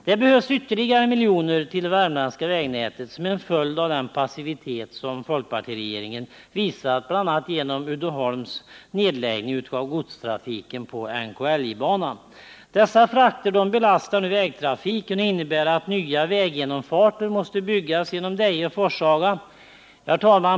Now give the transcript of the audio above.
Det behövs ytterligare miljoner till det värmländska vägnätet som en följd av den passivitet som fp-regeringen visat gentemot Uddeholms nedläggning av godstrafiken på NKLJ-banan. Dessa frakter belastar nu vägtrafiken, vilket innebär att nya väggenomfarter måste byggas genom Deje och Forshaga.